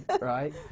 right